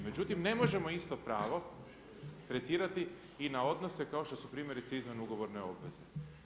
Međutim, ne možemo isto pravo tretirati i na odnose kao što su primjerice izvan ugovorne obveze.